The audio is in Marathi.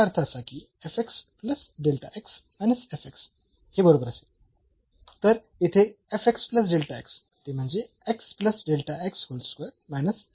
तर आपल्याकडे आहे आणि नंतर याचा अर्थ असा की हे बरोबर असेल तर येथे ते म्हणजेच